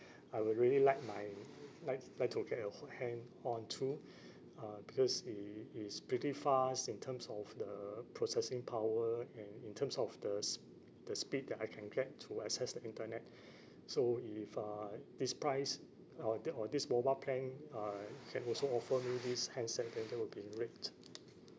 I would really like my like like to get a ho~ hand onto uh because it is pretty fast in terms of the processing power and in terms of the sp~ the speed that I can get to access the internet so if uh this price or thi~ or this mobile plan uh can also offer me this handset then that will be great